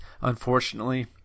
Unfortunately